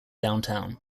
downtown